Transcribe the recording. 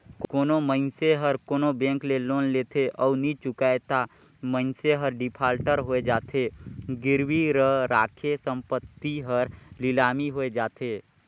कोनो मइनसे हर कोनो बेंक ले लोन लेथे अउ नी चुकाय ता मइनसे हर डिफाल्टर होए जाथे, गिरवी रराखे संपत्ति हर लिलामी होए जाथे